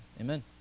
amen